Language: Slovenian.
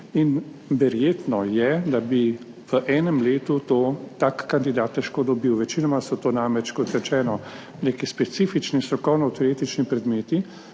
In verjetno je, da bi v enem letu to tak kandidat težko dobil. Večinoma so to namreč, kot rečeno, neki specifični strokovno teoretični predmeti,